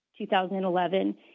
2011